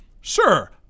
Sure